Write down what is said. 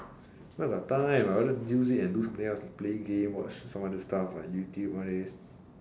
where got time I rather use it and do something else to play game watch some other stuff like YouTube and all these